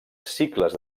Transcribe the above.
cicles